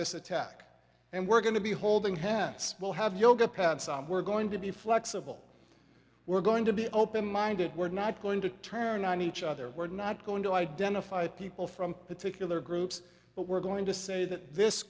this attack and we're going to be holding hands we'll have yoga pants we're going to be flexible we're going to be open minded we're not going to turn on each other we're not going to identify people from particular groups but we're going to say that this